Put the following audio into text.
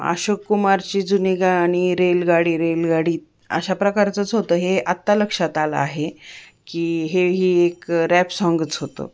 अशोक कुमारची जुनी गाणी रेलगाडी रेलगाडी अशा प्रकारचंच होतं हे आत्ता लक्षात आलं आहे की हे ही एक रॅप साँगच होतं